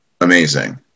amazing